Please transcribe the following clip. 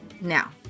now